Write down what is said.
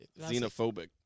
Xenophobic